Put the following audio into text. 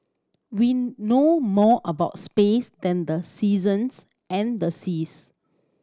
we know more about space than the seasons and the seas